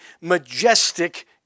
majestic